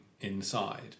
inside